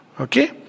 Okay